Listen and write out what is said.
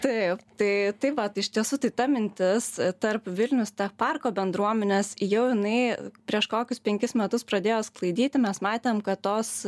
taip tai tai vat iš tiesų tai ta mintis tarp vilnius tech parko bendruomenės jau jinai prieš kokius penkis metus pradėjo sklaidyti mes matėm kad tos